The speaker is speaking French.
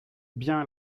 bien